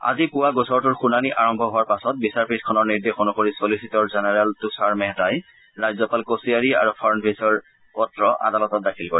আজি পুবা গোচৰটোৰ শুনানি আৰম্ভ হোৱাৰ পাছত বিচাৰপীঠখনৰ নিৰ্দেশ অনুসৰি ছলিচিটৰ জেনেৰেল তুষাৰ মেহতাই ৰাজ্যপাল কোছিয়াৰি আৰু ফাড়নবিছৰ পত্ৰ আদালতত দাখিল কৰে